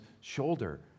shoulder